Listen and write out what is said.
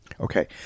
Okay